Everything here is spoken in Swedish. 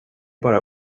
bara